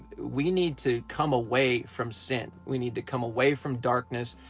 we need to come away from sin, we need to come away from darkness,